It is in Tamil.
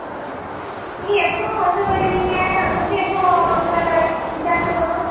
ஆ நீங்கள் எப்போது கொண்டு வருவீங்க அங்கிருந்து எப்போது அங்கே இந்த இடத்துக்கு வரும்